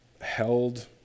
held